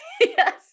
Yes